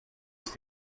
ist